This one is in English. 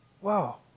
Wow